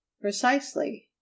precisely